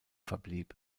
verblieb